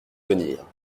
venir